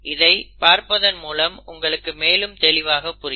இதை பார்ப்பதன் மூலம் உங்களுக்கு மேலும் தெளிவாக புரியும்